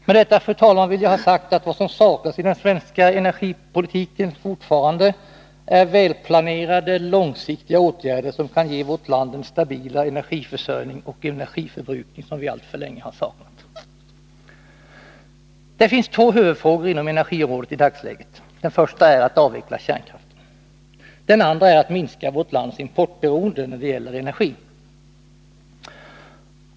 Med detta, fru talman, vill jag ha sagt att vad som saknas i den svenska energipolitiken fortfarande är välplanerade, långsiktiga åtgärder, som kan ge vårt land den stabila energiförsörjning och energiförbrukning som vi alltför länge har saknat. Det finns två huvudfrågor inom energiområdet i dagsläget. Den första är att avveckla kärnkraften. Den andra är att minska vårt lands importberoende när det gäller energi.